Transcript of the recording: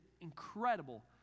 incredible